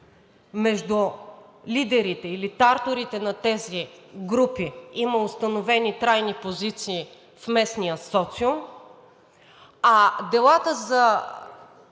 между лидерите или тарторите на тези групи установени трайни позиции в местния социум, а делата за